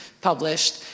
published